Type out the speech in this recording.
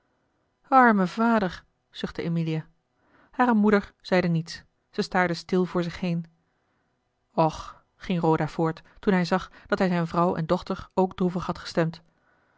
arme vader zuchtte emilia hare moeder zeide niets ze staarde stil voor zich heen och ging roda voort toen hij zag dat hij zijne vrouw en dochter ook droevig had gestemd